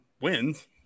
wins